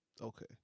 Okay